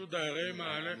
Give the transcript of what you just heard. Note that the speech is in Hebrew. התבקשו דיירי מאהלי,